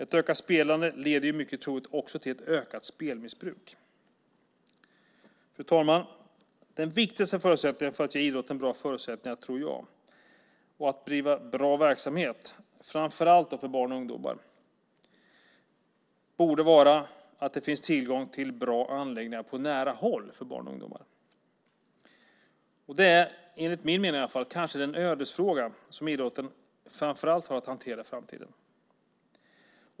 Ett ökat spelande leder ju mycket troligt också till ett ökat spelmissbruk. Den viktigaste förutsättningen för att idrotten ska få förutsättningar att driva bra verksamhet, framför allt för barn och ungdomar, borde vara att det finns tillgång till bra anläggningar på nära håll. Det är enligt min mening kanske den ödesfråga som idrotten framför allt har att hantera i framtiden.